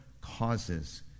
causes